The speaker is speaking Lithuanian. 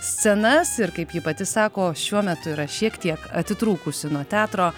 scenas ir kaip ji pati sako šiuo metu yra šiek tiek atitrūkusi nuo teatro